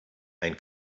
ein